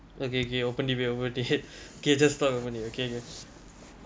okay okay open debate open debate okay just stop a moment okay okay